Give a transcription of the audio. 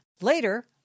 Later